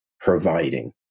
providing